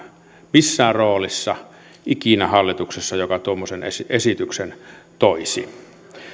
missään roolissa ikinä hallituksessa joka tuommoisen esityksen toisi